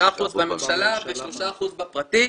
5% בממשלה ו-3% בפרטי.